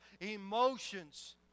emotions